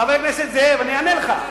חבר הכנסת זאב, אני אענה לך.